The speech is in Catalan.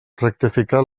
rectificar